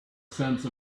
sense